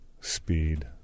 Speed